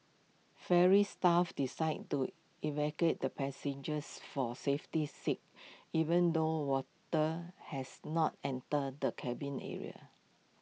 ferry staff decided to evacuate the passengers for safety's sake even though water has not entered the cabin area